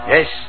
Yes